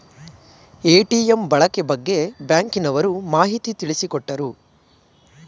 ATM ಬಳಕೆ ಬಗ್ಗೆ ಬ್ಯಾಂಕಿನವರು ಮಾಹಿತಿ ತಿಳಿಸಿಕೊಟ್ಟರು